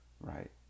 right